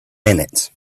minutes